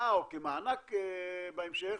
בהלוואה או כמענק בהמשך,